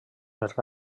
més